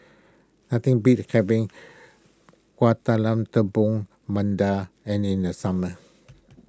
nothing beats having Kueh Talam Tepong and in the summer